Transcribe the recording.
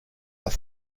are